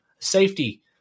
Safety